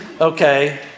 Okay